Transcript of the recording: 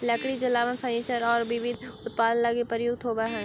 लकड़ी जलावन, फर्नीचर औउर विविध उत्पाद लगी प्रयुक्त होवऽ हई